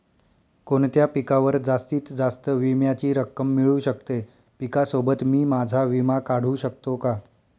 कोणत्या पिकावर जास्तीत जास्त विम्याची रक्कम मिळू शकते? पिकासोबत मी माझा विमा काढू शकतो का?